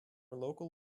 local